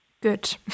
Good